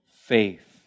faith